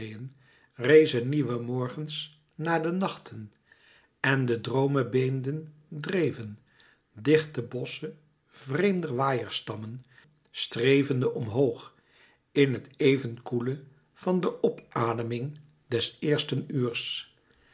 rezen nieuwe morgens na de nachten en de droomebeemden dreven dichte bosschen vreemder waaierstammen strevende omhoog in het éven koele van de opademing des eersten uurs